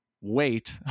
wait